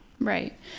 Right